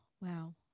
wow